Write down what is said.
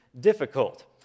difficult